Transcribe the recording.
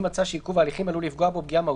אם מצא שעיכוב ההליכים עלול לפגוע בו פגיעה מהותית,